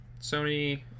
Sony